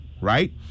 right